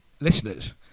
listeners